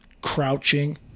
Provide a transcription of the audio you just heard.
crouching